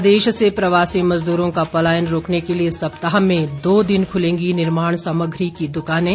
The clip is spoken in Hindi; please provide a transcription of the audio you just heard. प्रदेश में प्रवासी मजदूरों का पलायन रोकने के लिए सप्ताह में दो दिन खुलेंगी निर्माण सामग्री की दुकानें